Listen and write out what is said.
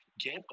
get